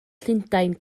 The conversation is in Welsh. llundain